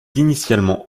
initialement